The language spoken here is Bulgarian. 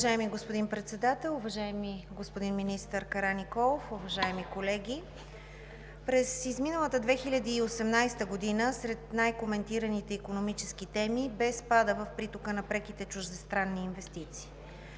Уважаема госпожо Председател, уважаеми господин министър Караниколов, уважаеми колеги! През изминалата 2018 г. сред най-коментираните икономически теми бе спадът в притока на преките чуждестранни инвестиции.